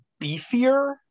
beefier